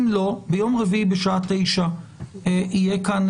אם לא ביום רביעי בשעה 09:00 יהיה כאן